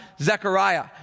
Zechariah